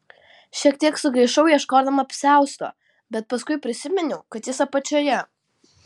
šiek tiek sugaišau ieškodama apsiausto bet paskui prisiminiau kad jis apačioje